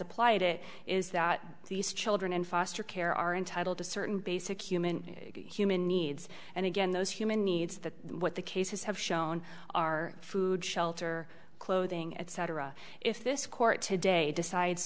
applied it is that these children in foster care are entitled to certain basic human human needs and again those human needs that what the cases have shown are food shelter clothing etc if this court today decides